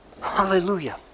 Hallelujah